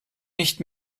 nicht